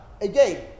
again